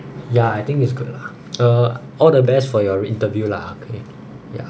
ya I think it's good lah uh all the best for your interview lah maybe ya